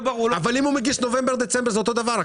אם הוא מגיש נובמבר-דצמבר זה אותו דבר אלא